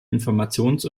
informations